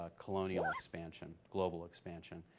ah colonial expansion, global expansion.